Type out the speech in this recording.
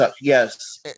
yes